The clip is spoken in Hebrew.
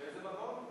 באיזה מקום?